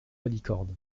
malicorne